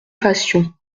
fassions